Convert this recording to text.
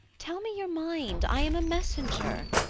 tell me your mind i am a messenger.